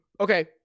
okay